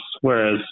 Whereas